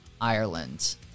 Ireland